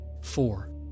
Four